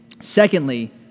Secondly